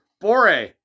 bore